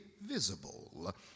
visible